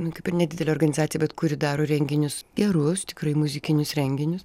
nu kaip ir nedidelė organizacija bet kuri daro renginius gerus tikrai muzikinius renginius